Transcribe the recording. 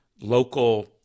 local